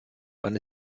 wann